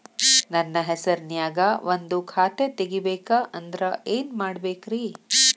ನನ್ನ ಹೆಸರನ್ಯಾಗ ಒಂದು ಖಾತೆ ತೆಗಿಬೇಕ ಅಂದ್ರ ಏನ್ ಮಾಡಬೇಕ್ರಿ?